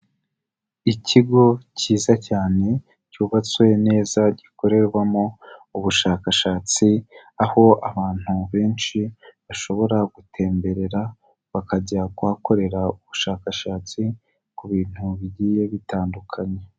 Ikigo cyiza cyane cyubatswe neza gikorerwamo ubushakashatsi, aho abantu benshi bashobora gutemberera bakajya kuhakorera ubushakashatsi ku bintu bigiye bitandukanye.